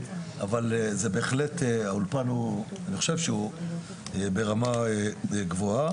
אבל זה בהחלט האולפן אני חושב שהוא ברמה גבוהה.